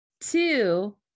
Two